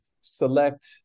select